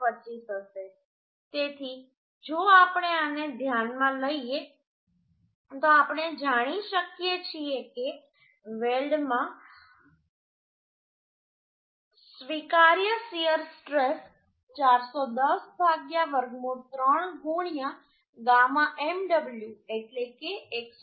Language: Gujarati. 25 હશે તેથી જો આપણે આને ધ્યાનમાં લઈએ તો આપણે જાણી શકીએ છીએ કે વેલ્ડમાં સ્વીકાર્ય શીયર સ્ટ્રેસ 410 વર્ગમૂળ 3 γ mw એટલે કે 189